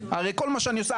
הרי כל מה שאני עושה,